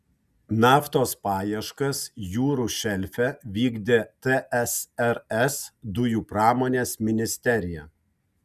naftos paieškas jūrų šelfe vykdė tsrs dujų pramonės ministerija